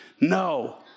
No